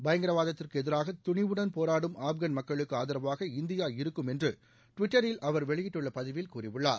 பயங்கரவாதத்திற்கு எதிராக துணிவுடன் போராடும் ஆப்கான் மக்களுக்கு ஆதரவாக இந்தியா இருக்கும் என்று டிவிட்டரில் அவர் வெளியிட்டுள்ள பதிவில் கூறியுள்ளார்